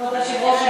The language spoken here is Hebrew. כבוד היושב-ראש,